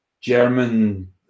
German